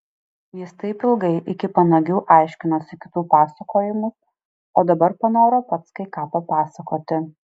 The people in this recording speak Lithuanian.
jis taip ilgai iki panagių aiškinosi kitų pasakojimus o dabar panoro pats kai ką papasakoti